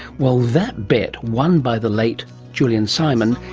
well that bet, one by the late julian simon,